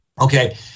Okay